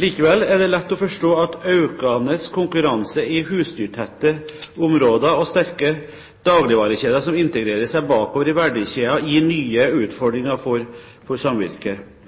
Likevel er det lett å forstå at økende konkurranse i husdyrtette områder og sterke dagligvarekjeder som integrerer seg bakover i verdikjeden, gir nye utfordringer for samvirket.